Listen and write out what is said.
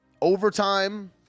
Overtime